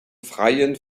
freiin